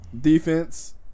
Defense